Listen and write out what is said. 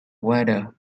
weather